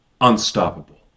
unstoppable